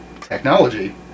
technology